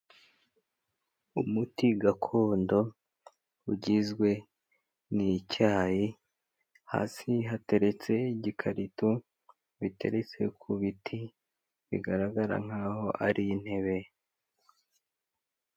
Umuti gakondo ugizwe n'icyayi, hasi hateretse igikarito, biteretse ku biti bigaragara nk'aho ari intebe.